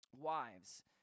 wives